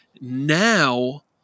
now